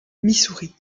missouri